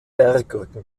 bergrücken